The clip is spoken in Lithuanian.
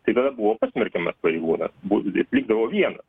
tai tada buvo pasmerkiamas pareigūnas buvo jis likdavo vienas